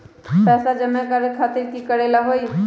पैसा जमा करे खातीर की करेला होई?